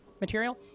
material